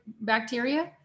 bacteria